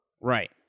Right